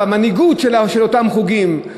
במנהיגות של אותם חוגים,